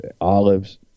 olives